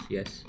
Yes